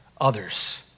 others